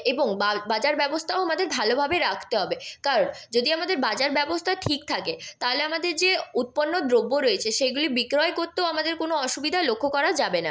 এবং বাজার ব্যবস্থাও আমাদের ভালোভাবে রাখতে হবে কারণ যদি আমাদের বাজার ব্যবস্থা ঠিক থাকে তাহলে আমাদের যে উৎপন্ন দ্রব্য রয়েছে সেইগুলি বিক্রয় করতেও আমাদের কোনো অসুবিধা লক্ষ্য করা যাবে না